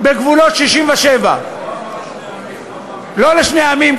בגבולות 67'. הוא לא אמר "שני עמים",